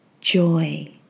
joy